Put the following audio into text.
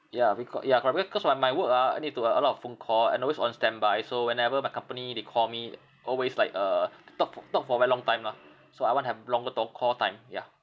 ya reco~ ya correct be cause my my work ah I need to uh a lot of phone call and always on standby so whenever my company they call me always like uh t~ talk for talk for very long time lah so I want to have longer tong call time yeah